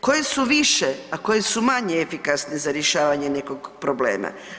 Koje su više a koje su manje efikasne za rješavanje nekog problema?